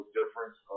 difference